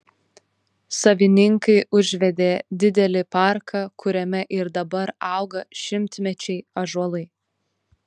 savininkai užvedė didelį parką kuriame ir dabar auga šimtmečiai ąžuolai